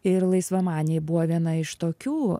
ir laisvamaniai buvo viena iš tokių